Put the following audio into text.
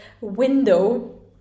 window